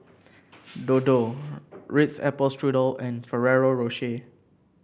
Dodo Ritz Apple Strudel and Ferrero Rocher